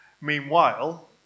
Meanwhile